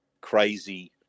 crazy